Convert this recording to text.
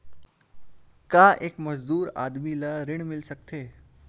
का एक मजदूर आदमी ल ऋण मिल सकथे?